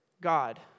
God